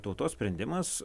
tautos sprendimas